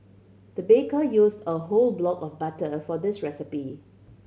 the baker used a whole block of butter for this recipe